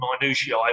minutiae